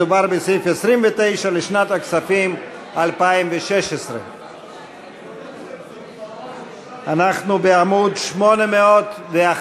מדובר בסעיף 29 לשנת הכספים 2016. אנחנו בעמוד 811,